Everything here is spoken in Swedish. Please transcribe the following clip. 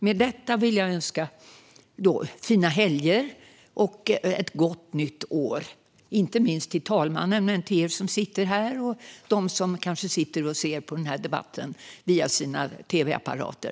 Med detta önskar jag fina helger och ett gott nytt år - inte minst till talmannen, till er som sitter här och till dem som ser på debatten via sina tv-apparater.